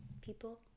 People